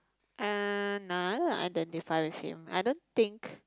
uh no I don't identify with him I don't think